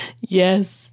Yes